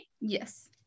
Yes